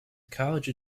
college